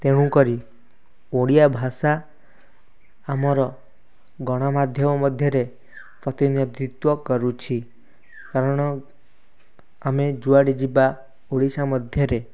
ତେଣୁ କରି ଓଡ଼ିଆ ଭାଷା ଆମର ଗଣମାଧ୍ୟମ ମଧ୍ୟରେ ପ୍ରତିନିଧିତ୍ଵ କରୁଛି କାରଣ ଆମେ ଯୁଆଡ଼େ ଯିବା ଓଡ଼ିଶା ମଧ୍ୟରେ